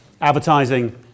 Advertising